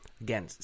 again